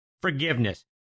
forgiveness